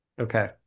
Okay